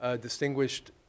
distinguished